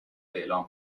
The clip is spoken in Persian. اعلام